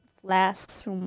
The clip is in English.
flasks